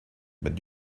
but